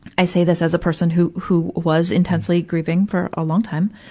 i say this as a person who, who was intensely grieving for a long time.